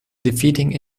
defeating